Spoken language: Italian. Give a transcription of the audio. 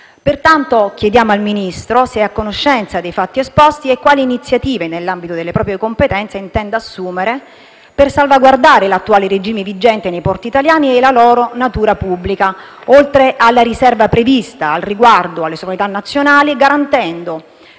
Pertanto, chiediamo al Ministro se sia a conoscenza dei fatti esposti e quali iniziative, nell'ambito delle proprie competenze, intenda assumere per salvaguardare l'attuale regime vigente nei porti italiani e la loro natura pubblica, oltre alla riserva prevista al riguardo alle sovranità nazionali, garantendo certezza del diritto e